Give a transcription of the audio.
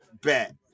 Bet